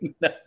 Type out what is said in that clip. no